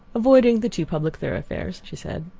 avoiding the too public thoroughfares, she said.